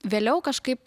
vėliau kažkaip